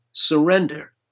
surrender